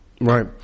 Right